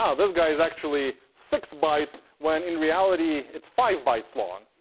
yeah this guy is actually six bytes, when in reality, it's five bites long.